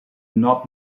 not